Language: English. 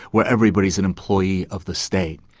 where everybody's an employee of the state.